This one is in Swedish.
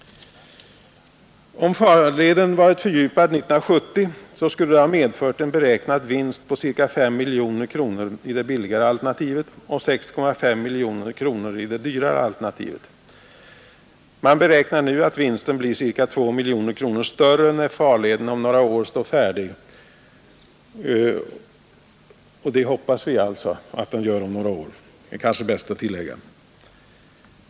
Om farleden varit fördjupad 1970 skulle det ha medfört en beräknad vinst på ca 5 miljoner kronor i det billigare alternativet och 6,5 miljoner kronor i det dyrare alternativet. Man beräknar nu att vinsten blir ca 2 miljoner kronor större när farleden om några år står färdig — det hoppas vi alltså att den gör, är det kanske bäst att tillägga.